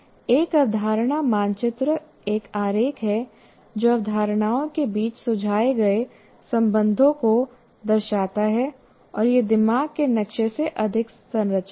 एक अवधारणा मानचित्र एक आरेख है जो अवधारणाओं के बीच सुझाए गए संबंधों को दर्शाता है और यह दिमाग के नक्शे से अधिक संरचित है